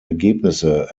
ergebnisse